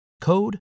Code